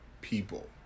people